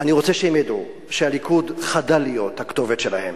אני רוצה שהם ידעו שהליכוד חדל להיות הכתובת שלהם.